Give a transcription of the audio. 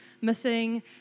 missing